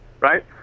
Right